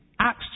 Acts